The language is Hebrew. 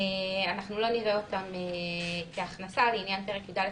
אנחנו לא נראה אותם כהכנסה לעניין פרק י"א